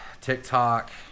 TikTok